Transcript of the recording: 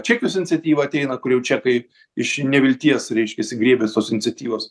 čekijos iniciatyva ateina kur jau čekai iš nevilties reiškiasi griebės tos iniciatyvos